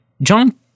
John